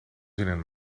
zinnen